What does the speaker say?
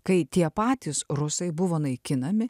kai tie patys rusai buvo naikinami